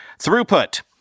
throughput